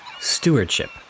stewardship